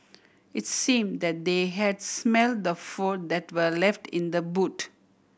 it's seem that they has smelt the food that were left in the boot